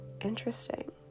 interesting